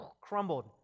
crumbled